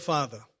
Father